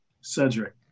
Cedric